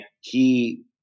he-